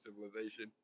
civilization